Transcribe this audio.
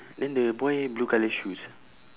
then the boy blue colour shoes